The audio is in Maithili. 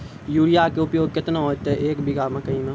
यूरिया के उपयोग केतना होइतै, एक बीघा मकई मे?